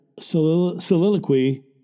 soliloquy